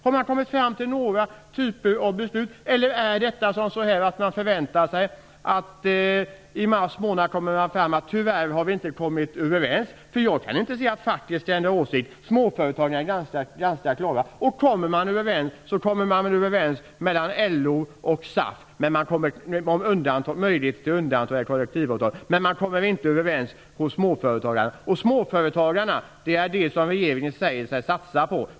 Har den kommit fram till någon typ av beslut, eller kommer man i mars månad fram till att man tyvärr inte har kommit överens? Jag kan inte se att facket har ändrat åsikt. Småföretagarnas inställning är ganska klar. Kommer man överens, så gör man det med LO och SAF om möjligheter till undantag från kollektivavtalet, men man kommer inte överens med småföretagarna. Småföretagarna är de som regeringen säger sig satsa på.